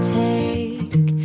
take